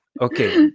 Okay